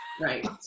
Right